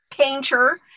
painter